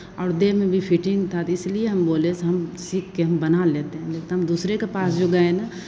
और देह में भी फिटिंग था तो इसलिए हम बोले सो हम सीख के हम बना लेते हैं नहीं तो हम दूसरे के पास जो गए ना